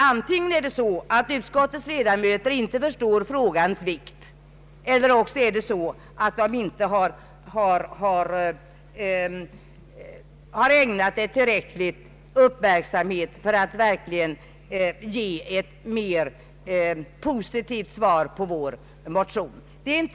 Antingen är det så att utskottets ledamöter inte förstår frågans vikt eller också har det inte ägnat den tillräcklig uppmärksamhet för att verkligen ge ett mer positivt svar på vår motion.